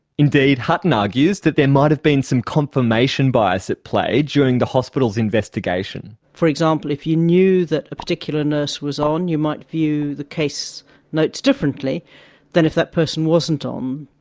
indeed, hutton argues that there might have been some confirmation bias at play during the hospital's investigation. for example, if you knew that a particular nurse was on, you might view the case notes differently than if that person wasn't um